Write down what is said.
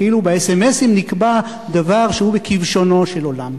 כאילו באס.אם.אסים נקבע דבר שהוא בכבשונו של עולם.